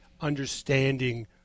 understanding